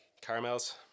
caramels